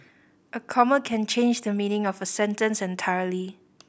a comma can change the meaning of a sentence entirely